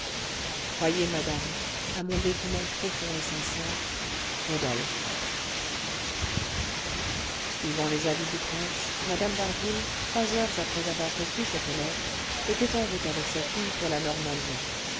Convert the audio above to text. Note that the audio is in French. croyez madame à mon dévouement profond et sincère rodolphe suivant les avis du prince mme d'harville trois heures après avoir reçu cette lettre était en route avec sa fille pour la normandie